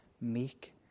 meek